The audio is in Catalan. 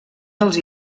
dels